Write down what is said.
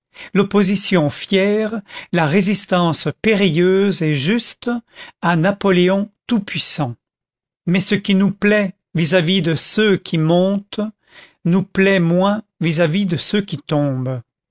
l'opposition fière la résistance périlleuse et juste à napoléon tout-puissant mais ce qui nous plaît vis-à-vis de ceux qui montent nous plaît moins vis-à-vis de ceux qui tombent